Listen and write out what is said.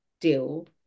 deal